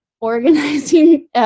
organizing